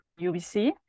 UBC